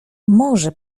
może